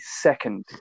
second